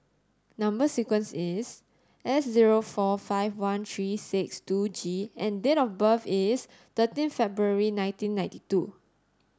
number sequence is S zero four five one three six two G and date of birth is thirteen February nineteen ninety two